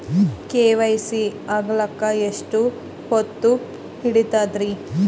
KYC ಆಗಲಕ್ಕ ಎಷ್ಟ ಹೊತ್ತ ಹಿಡತದ್ರಿ?